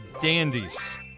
dandies